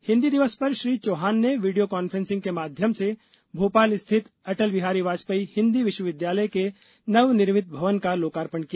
हिंदी दिवस पर श्री चौहान ने वीडियो कॉन्फ्रेंसिंग के माध्यम से भोपाल स्थित अटल बिहारी वाजपेयी हिंदी विश्वविद्यालय के नवनिर्मित भवन का लोकार्पण किया